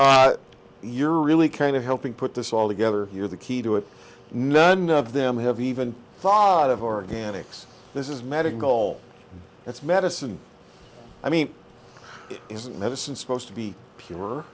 don you're really kind of helping put this all together you're the key to it none of them have even thought of organics this is medical goal it's medicine i mean isn't medicine supposed to be pure